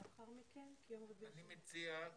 אני מציע,